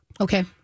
Okay